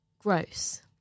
Gross